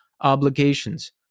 obligations